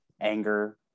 anger